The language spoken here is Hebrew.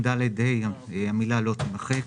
ההסתייגות לא התקבלה.